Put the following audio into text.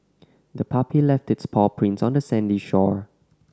the puppy left its paw prints on the sandy shore